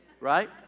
right